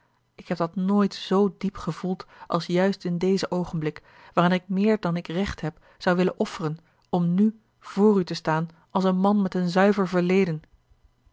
ik heb dat nooit zoo diep gevoeld als juist in dezen oogenblik waarin ik meer dan ik recht heb zou willen offeren om nù voor u te staan als een man met een zuiver verleden